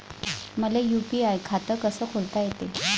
मले यू.पी.आय खातं कस खोलता येते?